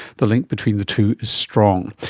the link between the two is strong.